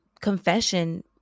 confession